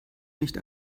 nicht